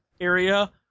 area